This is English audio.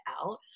out